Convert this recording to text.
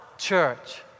church